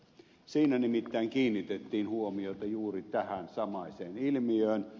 siinä nimittäin kiinnitettiin huomiota juuri tähän samaiseen ilmiöön